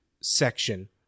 section